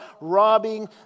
robbing